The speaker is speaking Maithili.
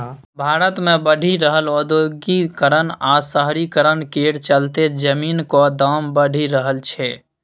भारत मे बढ़ि रहल औद्योगीकरण आ शहरीकरण केर चलते जमीनक दाम बढ़ि रहल छै